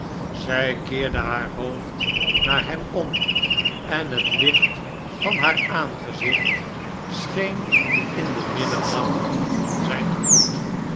zij keerde haar hoofd naar hem om en het licht van haar aangezicht scheen in den middernacht van zijn gemoed